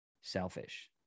selfish